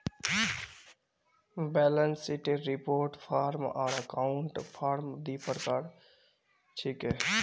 balance शीटेर report form आर account form दी प्रकार छिके